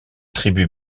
tribu